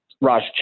Raj